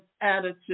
attitude